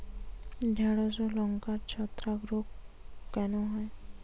ঢ্যেড়স ও লঙ্কায় ছত্রাক রোগ কেন হয়?